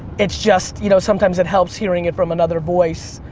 it's just you know sometimes it helps hearing it from another voice,